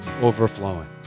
overflowing